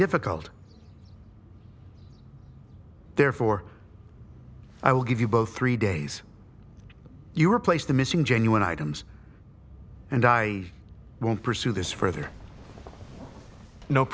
difficult therefore i will give you both three days you replace the missing genuine items and i won't pursue this further no